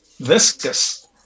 viscous